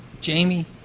Jamie